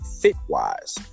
fit-wise